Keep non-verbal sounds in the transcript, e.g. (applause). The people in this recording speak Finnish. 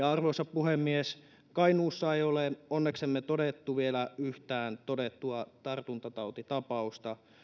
(unintelligible) arvoisa puhemies kainuussa ei ole onneksemme todettu vielä yhtään tartuntatautitapausta